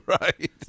Right